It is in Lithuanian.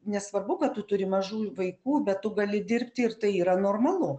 nesvarbu kad tu turi mažų vaikų bet tu gali dirbti ir tai yra normalu